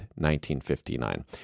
1959